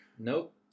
Nope